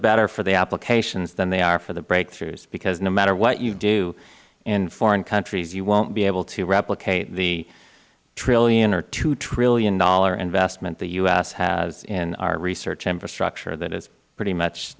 better for the applications than they are for the breakthroughs because no matter what you do in foreign countries you won't be able to replicate the one dollar trillion or two dollars trillion investment the u s has in our research infrastructure that is pretty much